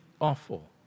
awful